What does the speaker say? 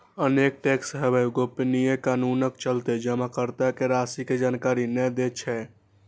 अनेक tax haven गोपनीयता कानूनक चलते जमाकर्ता के राशि के जानकारी नै दै छै